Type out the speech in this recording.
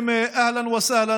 מי שרוצה לדבר